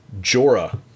Jorah